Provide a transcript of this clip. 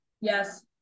yes